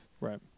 Right